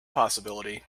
possibility